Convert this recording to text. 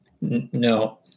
No